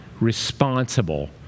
responsible